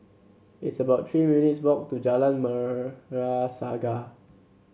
it's about Three minutes' walk to Jalan Merah Saga